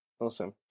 awesome